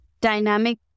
dynamic